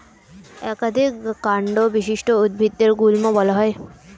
একাধিক কান্ড বিশিষ্ট উদ্ভিদদের গুল্ম বলা হয়